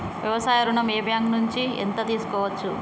వ్యవసాయ ఋణం ఏ బ్యాంక్ నుంచి ఎంత తీసుకోవచ్చు?